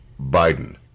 Biden